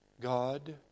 God